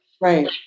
right